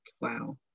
Wow